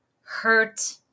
hurt